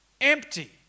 empty